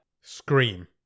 Scream